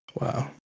wow